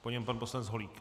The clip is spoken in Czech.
Po něm pan poslanec Holík.